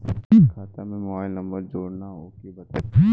खाता में mobile number जोड़ना ओके बताई?